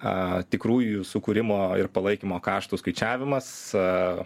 a tikrųjų sukūrimo ir palaikymo kaštų skaičiavimas a